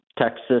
Texas